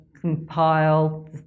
compile